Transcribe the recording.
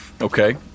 Okay